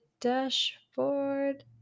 dashboard